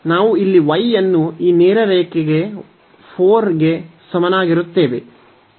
ನಾವು ಇಲ್ಲಿ y ಅನ್ನು ಈ ನೇರ ರೇಖೆಗೆ 4 ಕ್ಕೆ ಸಮನಾಗಿರುತ್ತೇವೆ